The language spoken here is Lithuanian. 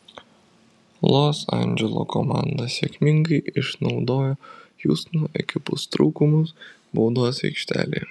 los andželo komanda sėkmingai išnaudojo hjustono ekipos trūkumus baudos aikštelėje